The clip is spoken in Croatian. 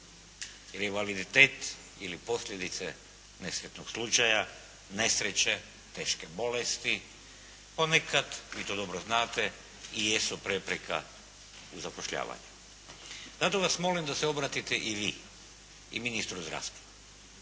Invaliditet ili posljedice nesretnog slučaja, nesreće, teške bolesti ponekad, vi to dobro znate i jesu prepreka u zapošljavanju. Zato vas molim da se obratite i vi i ministru zdravstva